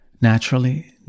Naturally